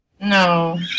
No